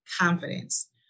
confidence